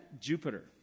Jupiter